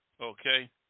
okay